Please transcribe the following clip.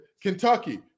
Kentucky